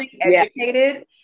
educated